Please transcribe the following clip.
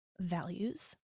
values